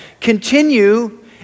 continue